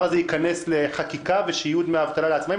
הזה ייכנס לחקיקה ושיהיו דמי אבטלה לעצמאים.